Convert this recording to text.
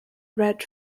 read